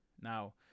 now